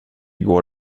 går